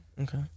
Okay